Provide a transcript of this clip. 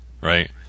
right